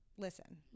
listen